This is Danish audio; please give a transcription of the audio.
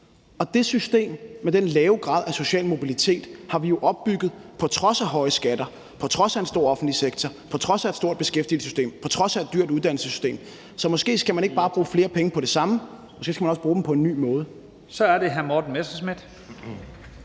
Det system med den lave grad af social mobilitet har vi jo opbygget på trods af høje skatter, på trods af en stor offentlig sektor, på trods af et stort beskæftigelsessystem og på trods af et dyrt uddannelsessystem, så måske skal man ikke bare bruge flere penge på det samme, men også bruge dem på en ny måde. Kl. 11:06 Første næstformand